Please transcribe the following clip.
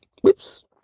Whoops